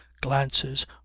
glances